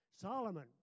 Solomon